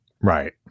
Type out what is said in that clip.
Right